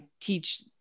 teach